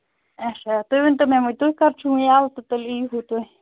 اَچھا تُہۍ ؤنۍتَو مےٚ تُہۍ کَر چھُو وۅنۍ یلہٕ تیٚلہِ یی ہیٖوٗ تُہۍ